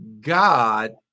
God